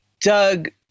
Doug